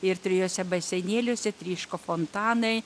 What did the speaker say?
ir trijuose baseinėliuose tryško fontanai